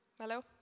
Hello